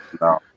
No